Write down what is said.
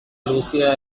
lucia